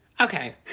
Okay